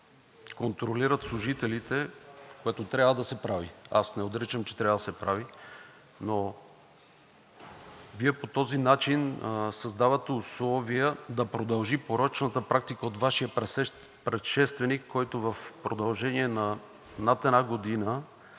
контролират служителите, което трябва да се прави, аз не отричам, че трябва да се прави, но Вие по този начин създавате условия да продължи порочната практика от Вашия предшественик, който в продължение на над една година